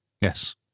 Yes